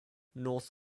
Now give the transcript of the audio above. north